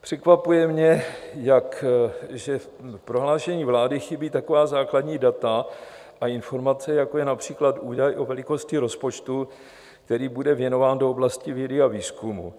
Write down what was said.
Překvapuje mě, že v prohlášení vlády chybí taková základní data a informace, jako je například údaj o velikosti rozpočtu, který bude věnován do oblasti vědy a výzkumu.